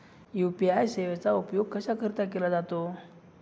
UPI सेवेचा उपयोग कशाकरीता केला जातो?